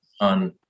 on